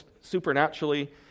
supernaturally